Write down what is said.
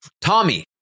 Tommy